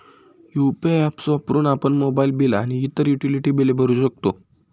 UPI apps वापरून आपण mobile bill आणि इतर युटिलिटी बिले भरू शकतो